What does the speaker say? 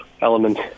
element